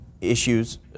issues